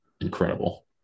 incredible